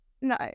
No